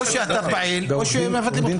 או שאתה פעיל או שמבטלים לך.